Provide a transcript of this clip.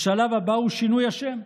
השלב הבא הוא שינוי השם.